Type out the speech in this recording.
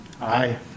Aye